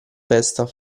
testa